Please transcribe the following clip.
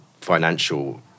financial